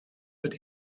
that